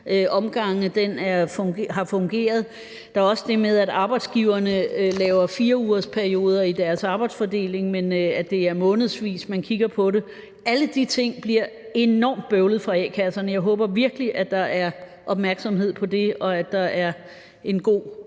har fungeret. Der er også det med, at arbejdsgiverne laver 4-ugersperioder i deres arbejdsfordeling, men at det er månedsvis, man kigger på det. Alle de ting bliver enormt bøvlede for a-kasserne, og jeg håber virkelig, at de er opmærksomme på det, og at der kommer en god